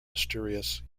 mysterious